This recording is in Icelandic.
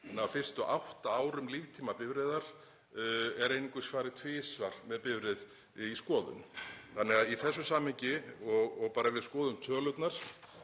Þannig að á fyrstu átta árum líftíma bifreiðar er einungis farið tvisvar með bifreið í skoðun, þannig að í þessu samhengi og bara ef við skoðum tölurnar